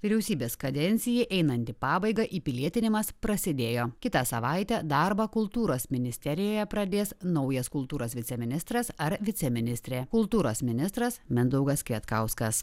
vyriausybės kadencijai einant į pabaigą įpilietinimas prasidėjo kitą savaitę darbą kultūros ministerijoje pradės naujas kultūros viceministras ar viceministrė kultūros ministras mindaugas kvietkauskas